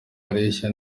areshya